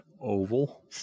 oval